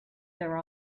their